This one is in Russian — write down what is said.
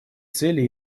цели